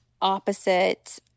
opposite